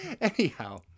anyhow